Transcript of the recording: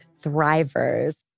thrivers